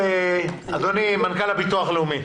אדוני מנכ"ל הביטוח הלאומי.